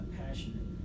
passionate